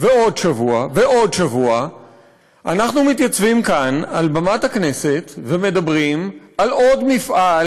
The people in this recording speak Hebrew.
ועוד שבוע ועוד שבוע אנחנו מתייצבים כאן על במת הכנסת ומדברים על עוד מפעל